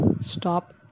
Stop